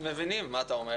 מבינים מה אתה אומר.